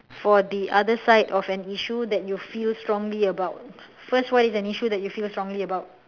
for the other side of an issue that you feel strongly about first what is an issue that you feel strongly about